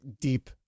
deep